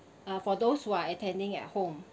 uh for those who are attending at home